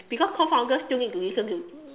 because co founder still need to listen to